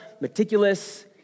meticulous